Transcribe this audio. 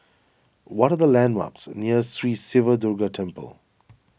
what are the landmarks near Sri Siva Durga Temple